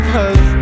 Cause